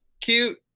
cute